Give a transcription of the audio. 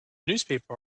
newspaper